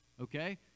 Okay